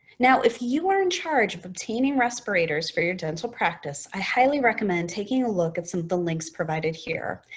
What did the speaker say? now, if you are in charge of obtaining respirators for your dental practice, i highly recommend taking a look at some of the links provided here.